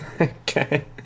Okay